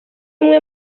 umwe